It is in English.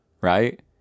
right